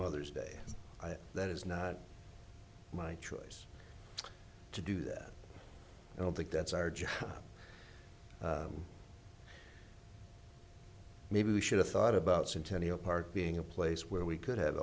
mother's day that is not my choice to do that i don't think that's our job maybe we should have thought about centennial park being a place where we could have